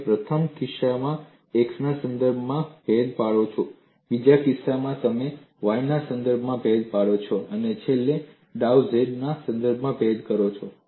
અને તમે પ્રથમ કિસ્સામાં x ના સંદર્ભમાં ભેદ પાડો છો બીજા કિસ્સામાં તમે y ના સંદર્ભમાં ભેદ પાડો છો અને છેલ્લે તમે ડાઉ z ના સંદર્ભમાં ભેદ કરો છો